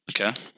Okay